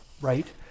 right